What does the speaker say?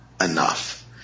enough